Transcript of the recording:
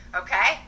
okay